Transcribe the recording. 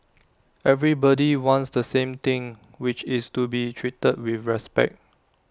everybody wants the same thing which is to be treated with respect